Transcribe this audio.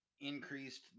increased